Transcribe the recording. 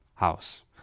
house